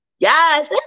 Yes